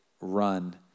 run